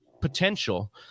potential